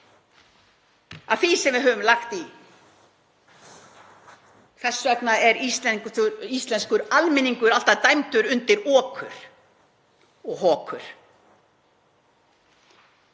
að því sem við höfum lagt til? Þess vegna er íslenskur almenningur alltaf dæmdur undir okur og hokur.